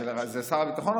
זה רק שר הביטחון?